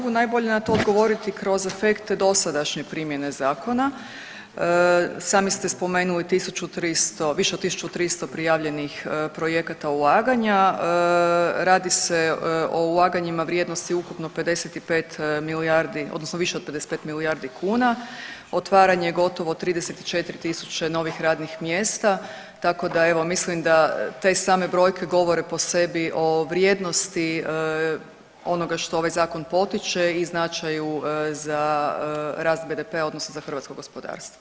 Pa ja mogu najbolje na to odgovoriti kroz efekt dosadašnje primjene zakona, sami ste spomenuli više od 1300 prijavljenih projekata ulaganja, radi se o ulaganjima vrijednosti ukupno 55 milijardi odnosno više od 55 milijardi kuna, otvaranje gotovo 34.000 novih radnih mjesta, tako da evo mislim te same brojke govore po sebi o vrijednosti onoga što ovaj zakon potiče i značaju za rast BDP-a odnosno za hrvatsko gospodarstvo.